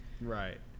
right